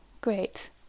Great